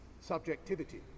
subjectivity